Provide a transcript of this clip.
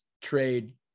trade